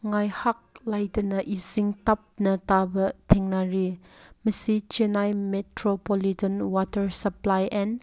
ꯉꯥꯏꯍꯥꯛ ꯂꯩꯇꯅ ꯏꯁꯤꯡ ꯇꯞꯅ ꯇꯥꯕ ꯊꯦꯡꯅꯔꯤ ꯃꯁꯤ Chennai metropolitan water supply and